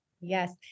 Yes